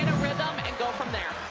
um and go from there.